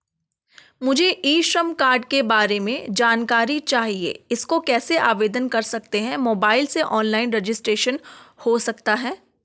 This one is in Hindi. मुझे ई श्रम कार्ड के बारे में जानकारी चाहिए इसको कैसे आवेदन कर सकते हैं मोबाइल से ऑनलाइन रजिस्ट्रेशन हो सकता है?